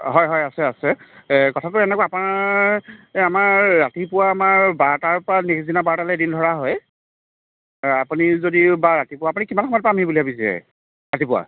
হয় হয় আছে আছে এ কথাটো এনেকুৱা আপোনাৰ এই আমাৰ ৰাতিপুৱা আমাৰ বাৰটাৰ পৰা নেক্সট দিনা বাৰটা লৈকে এদিন ধৰা হয় আ আপুনি যদি বা ৰাতিপুৱা আপুনি কিমান সময়ত পামহি বুলি ভাবিছে ৰাতিপুৱা